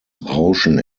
rauschen